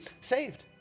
saved